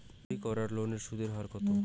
বাড়ির করার লোনের সুদের হার কত?